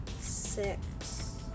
Six